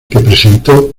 presentó